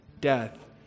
death